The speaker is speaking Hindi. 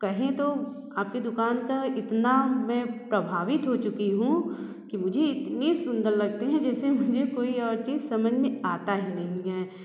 कहें तो आपके दुकान का इतना मैं प्रभावित हो चुकी हूँ की मुझे इतनी सुंदर लगते हैं जैसे मुझे और कोई चीज़ समझ में आता ही नहीं है